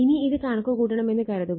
ഇനി ഇത് കണക്ക് കൂട്ടണമെന്ന് കരുതുക